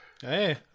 Hey